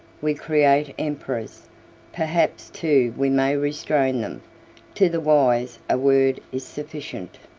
we create emperors perhaps too we may restrain them to the wise a word is sufficient.